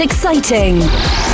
Exciting